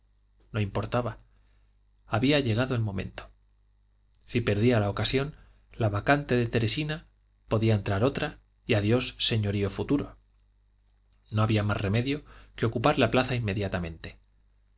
no importaba había llegado el momento si perdía la ocasión la vacante de teresina podía entrar otra y adiós señorío futuro no había más remedio que ocupar la plaza inmediatamente